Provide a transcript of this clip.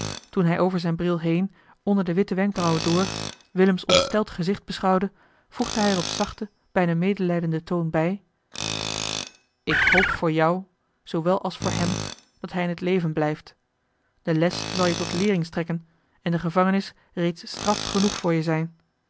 toen hij over zijn bril heen onder de witte wenkbrauwen door willems ontsteld gezicht beschouwde voegde hij er op zachten bijna medelijdenden toon bij ik hoop voor jou zoowel als voor hem dat hij in het leven blijft de les zal je tot leering strekken en de gevangenis reeds straf genoeg voor je zijn